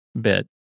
Bit